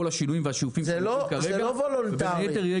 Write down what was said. השינויים והשיופים כרגע -- זה לא וולונטרי.